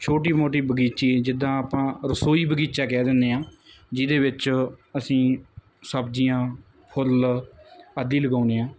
ਛੋਟੀ ਮੋਟੀ ਬਗੀਚੀ ਜਿੱਦਾਂ ਆਪਾਂ ਰਸੋਈ ਬਗੀਚਾ ਕਹਿ ਦਿੰਨੇ ਆਂ ਜਿਹਦੇ ਵਿੱਚ ਅਸੀਂ ਸਬਜ਼ੀਆਂ ਫੁੱਲ ਆਦਿ ਲਗਾਉਨੇ ਆ